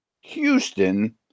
Houston